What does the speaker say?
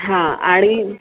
हां आणि